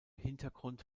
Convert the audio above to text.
hintergrund